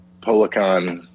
Policon